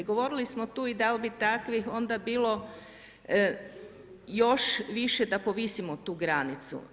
Govorili smo tu i da li bi takvih možda bilo još više da povisimo tu granicu.